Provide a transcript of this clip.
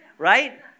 Right